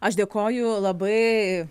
aš dėkoju labai